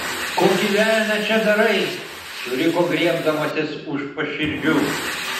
kokį velnią čia darai suriko griebdamasis už paširdžių